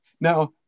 Now